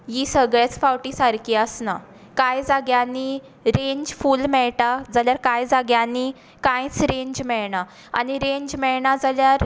ही सगळेंच फावटी सारकी आसना कांय जाग्यांनी रेंज फूल मेळटा जाल्यार कांय जाग्यांनी कांयच रेंज मेळना आनी रेंज मेळना जाल्यार